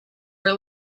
for